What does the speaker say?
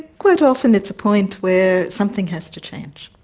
quite often it's a point where something has to change.